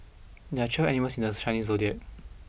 there are twelve animals in the Chinese Zodiac